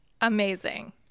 Amazing